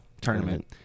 tournament